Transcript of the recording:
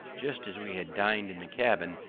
just as we had dined in the cabin,